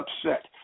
upset